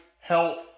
health